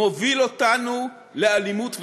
מוביל אותנו לאלימות ואנרכיה.